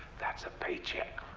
that's a paycheck.